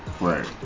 Right